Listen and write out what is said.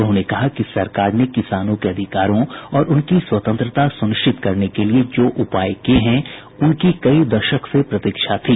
उन्होंने कहा कि सरकार ने किसानों के अधिकारों और उनकी स्वतंत्रता सुनिश्चित करने के लिए जो उपाय किये हैं उनकी कई दशक से प्रतीक्षा थी